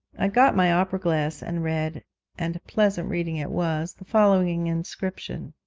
i got my opera-glass and read and pleasant reading it was the following inscription